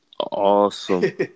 awesome